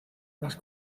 las